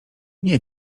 nie